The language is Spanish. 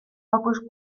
opus